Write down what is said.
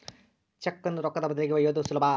ಚೆಕ್ಕುನ್ನ ರೊಕ್ಕದ ಬದಲಿಗಿ ಒಯ್ಯೋದು ಸುಲಭ